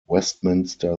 westminster